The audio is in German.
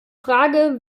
frage